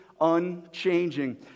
unchanging